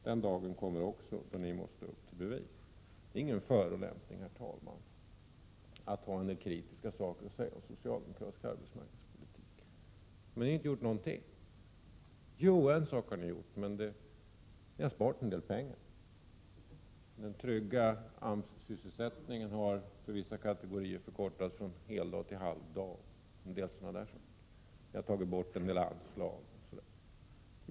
Den dagen kommer också då ni måste upp till bevis. Det är ingen förolämpning, herr talman, att ha en del kritiska saker att säga om socialdemokratisk arbetsmarknadspolitik. Ni har inte gjort någonting! Jo, en sak har ni gjort: ni har sparat en del pengar. Den trygga AMS sysselsättningen har nämligen för vissa kategorier förkortats från heldag till halvdag. En del sådana saker har ni genomfört. Ni har tagit bort en del anslag.